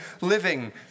living